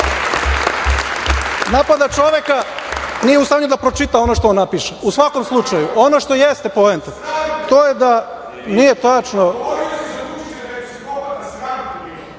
Napada čoveka, nije u stanju da pročita ono što on napiše. U svakom slučaju ono što jeste poenta, to je da nije